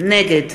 נגד